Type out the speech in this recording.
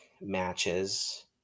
matches